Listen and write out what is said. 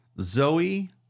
Zoe